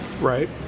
Right